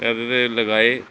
ਇਹਦੇ 'ਤੇ ਲਗਾਏ